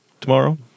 tomorrow